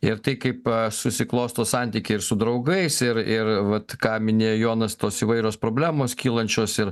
ir tai kaip susiklosto santykiai ir su draugais ir ir vat ką minėjo jonas tos įvairios problemos kylančios ir